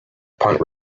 punt